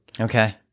Okay